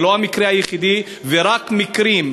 זה לא המקרה היחידי, ורק מקרים